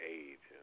age